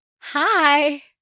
Hi